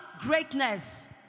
Greatness